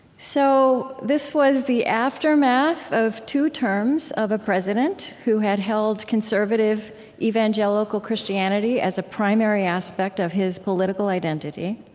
so this was the aftermath of two terms of a president who had held conservative evangelical christianity as a primary aspect of his political identity.